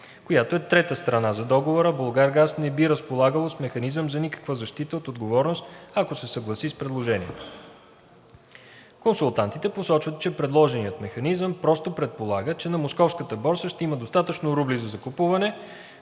която е трета страна за Договора, а „Булгаргаз“ не би разполагало с механизъм за никаква защита от отговорност, ако се съгласи с предложението. - Консултантите посочват, че предложеният механизъм просто предполага, че на Московската борса ще има достатъчно рубли за закупуване,